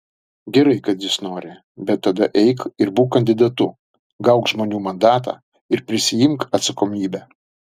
gerai kad jis nori bet tada eik ir būk kandidatu gauk žmonių mandatą ir prisiimk atsakomybę